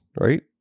right